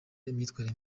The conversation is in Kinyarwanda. imyitwarire